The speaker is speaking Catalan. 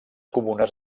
comunes